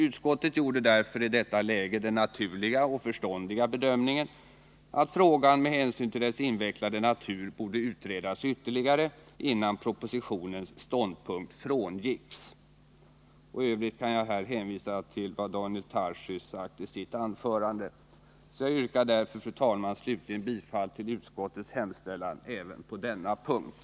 Utskottet gjorde därför i detta läge den naturliga och förståndiga bedömningen att frågan med hänsyn till dess invecklade natur borde utredas ytterligare, innan propositionens ståndpunkt frångicks. I övrigt kan jag här hänvisa till vad Daniel Tarschys sagt i sitt anförande. Jag yrkar därför, fru talman, slutligen bifall till utskottets hemställan även på denna punkt.